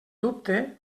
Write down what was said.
dubte